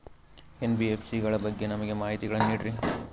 NBFC ಗಳ ಬಗ್ಗೆ ನಮಗೆ ಮಾಹಿತಿಗಳನ್ನ ನೀಡ್ರಿ?